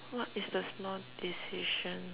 what is the small decision